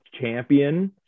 champion